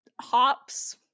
hops